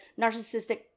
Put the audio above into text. narcissistic